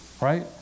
right